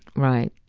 right.